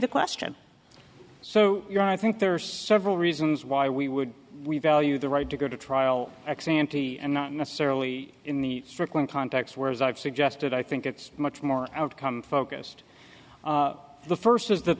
the question so you're i think there are several reasons why we would we value the right to go to trial ex ante and not necessarily in the brooklyn context where as i've suggested i think it's much more outcome focused the first is that